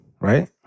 Right